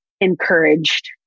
encouraged